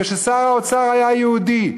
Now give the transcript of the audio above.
כששר האוצר היה יהודי,